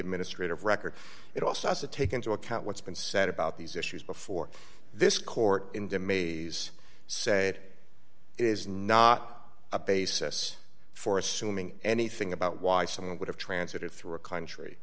administrative record it also has to take into account what's been said about these issues before this court in the maze said it is not a basis for assuming anything about why someone would have transited through a country